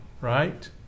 right